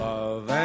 Love